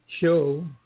show